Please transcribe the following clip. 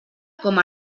com